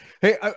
Hey